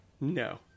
No